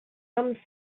some